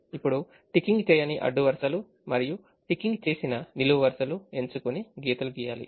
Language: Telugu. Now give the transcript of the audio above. ఇప్పుడు టికింగ్ చేయని అడ్డు వరుసలు మరియు టికింగ్ చేసిన నిలువు వరుసలు ఎంచుకోని గీతలు గీయాలి